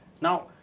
Now